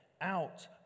out